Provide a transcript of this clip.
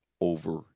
over